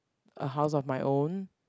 a house of my own